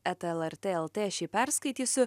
eta lrt lt aš jį perskaitysiu